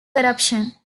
corruption